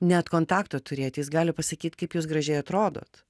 net kontakto turėt jis gali pasakyt kaip jūs gražiai atrodot